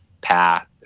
path